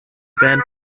band